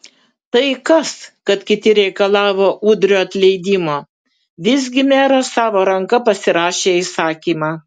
tai kas kad kiti reikalavo udrio atleidimo visgi meras savo ranka pasirašė įsakymą